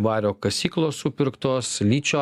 vario kasyklos supirktos ličio